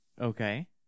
Okay